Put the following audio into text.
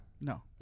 No